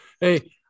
Hey